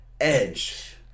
edge